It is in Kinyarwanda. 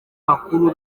bakuru